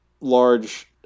large